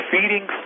Feeding